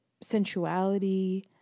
sensuality